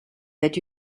that